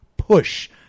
push